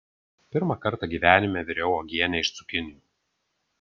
pirmą kartą gyvenime viriau uogienę iš cukinijų